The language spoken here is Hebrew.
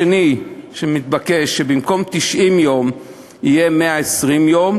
במקום 90 יום יהיה 120 יום,